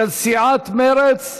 של סיעת מרצ.